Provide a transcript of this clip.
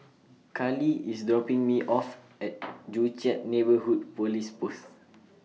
Carly IS dopping Me off At Joo Chiat Neighbourhood Police Post